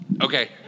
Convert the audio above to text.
Okay